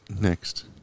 Next